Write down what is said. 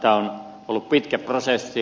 tämä on ollut pitkä prosessi